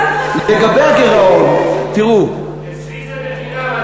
לגבי הגירעון, תראו, אצלי זה חינם.